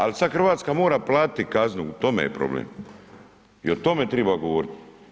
Ali sada Hrvatska mora platiti kaznu u tome je problem i o tome triba govoriti.